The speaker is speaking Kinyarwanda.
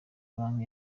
banki